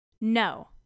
No